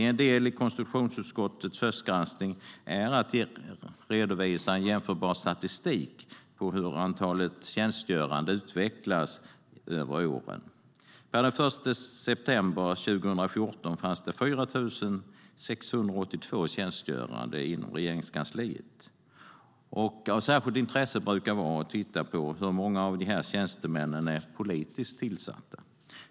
En del i konstitutionsutskottets höstgranskning är att redovisa jämförbar statistik på hur antalet tjänstgörande utvecklas över åren. Per den 1 september 2014 fanns 4 682 tjänstgörande i Regeringskansliet. Av särskilt intresse brukar vara antalet tjänstemän som är politiskt tillsatta.